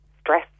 stress